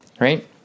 right